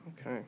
Okay